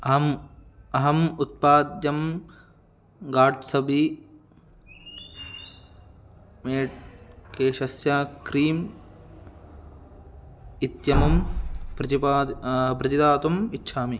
अहम् अहम् उत्पाद्यं गाट्सबी मेट् केशस्य क्रीम् इत्यमुं प्रतिपाद्यं प्रतिदातुम् इच्छामि